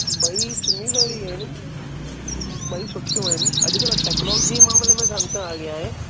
ॿई सिमिलर ई आहिनि ॿई सुठियूं आहिनि अॼुकल्ह टैक्नोलॉजी जे मामले में सैमसंग अॻियां आहे